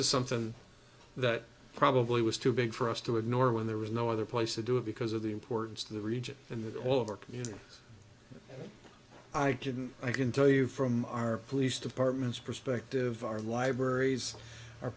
is something that probably was too big for us to ignore when there was no other place to do it because of the importance of the region and that all of our community i didn't i can tell you from our police departments perspective our libraries